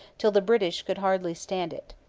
till the british could hardly stand it.